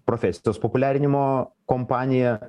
profesijos populiarinimo kompanija